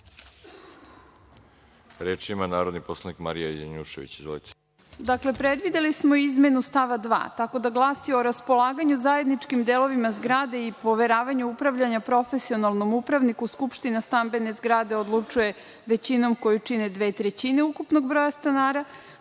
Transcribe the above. ima narodni poslanik Marija Janjušević. Izvolite. **Marija Janjušević** Dakle, predvideli smo izmenu stava 2. tako da glasi: „O raspolaganju zajedničkim delovima zgrade i poveravanju upravljanja profesionalnom upravniku skupština stambene zgrade odlučuje većinom koju čine dve trećine ukupnog broja stanara,